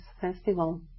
festival